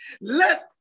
Let